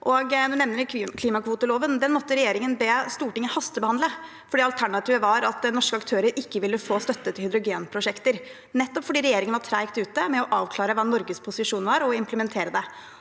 klimakvoteloven måtte regjeringen be Stortinget hastebehandle fordi alternativet var at norske aktører ikke ville få støtte til hydrogenprosjekter, nettopp fordi regjeringen var tregt ute med å avklare hva Norges posisjon var, og implementere det.